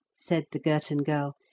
said the girton girl,